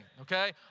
okay